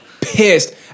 pissed